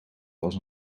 was